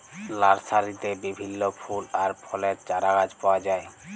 লার্সারিতে বিভিল্য ফুল আর ফলের চারাগাছ পাওয়া যায়